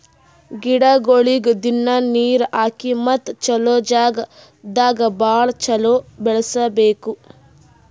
ಗಿಡಗೊಳಿಗ್ ದಿನ್ನಾ ನೀರ್ ಹಾಕಿ ಮತ್ತ ಚಲೋ ಜಾಗ್ ದಾಗ್ ಭಾಳ ಚಲೋ ಬೆಳಸಬೇಕು